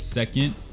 Second